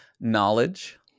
Knowledge